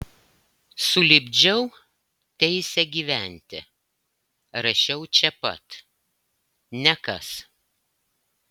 sulipdžiau teisę gyventi rašiau čia pat nekas